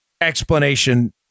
explanation